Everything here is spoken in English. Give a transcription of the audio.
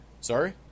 Sorry